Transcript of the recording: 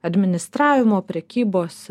administravimo prekybos